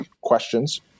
questions